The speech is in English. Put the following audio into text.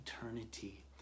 eternity